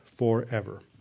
forever